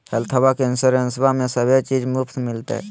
हेल्थबा के इंसोरेंसबा में सभे चीज मुफ्त मिलते?